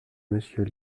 monsieur